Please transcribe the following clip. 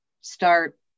start